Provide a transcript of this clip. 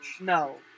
No